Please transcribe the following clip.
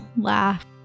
laugh